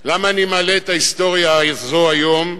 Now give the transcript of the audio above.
למה אני מעלה את ההיסטוריה הזאת היום?